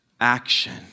action